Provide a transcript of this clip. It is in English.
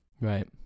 Right